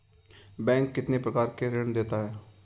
Bank कितने प्रकार के ऋण देता है?